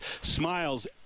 smiles